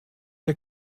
der